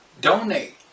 donate